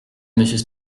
monsieur